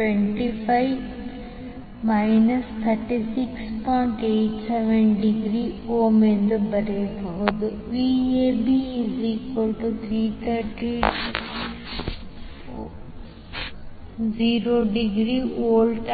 87° Vab330∠0°VVAB So